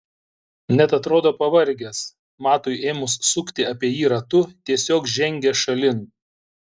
net atrodo pavargęs matui ėmus sukti apie jį ratu tiesiog žengia šalin